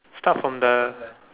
start from the